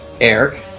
Eric